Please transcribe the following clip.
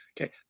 Okay